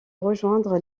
rejoindre